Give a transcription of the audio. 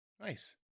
Nice